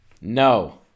no